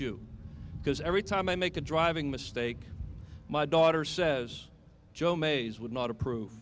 you because every time i make a driving mistake my daughter says joe mays would not approve